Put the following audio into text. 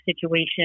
situation